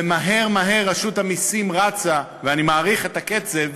ומהר מהר רשות המסים רצה, ואני מעריך את הקצב,